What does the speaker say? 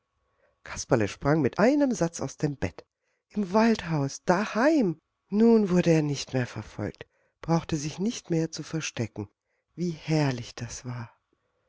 kasperle sprang mit einem satz aus dem bett im waldhaus daheim nun wurde er nicht mehr verfolgt brauchte sich nicht mehr zu verstecken wie herrlich das war